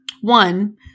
One